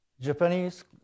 Japanese